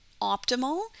optimal